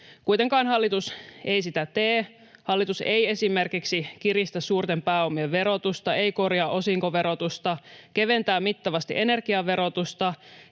Kuitenkaan hallitus ei sitä tee: hallitus ei esimerkiksi kiristä suurten pääomien verotusta, ei korjaa osinkoverotusta, keventää mittavasti energiaverotusta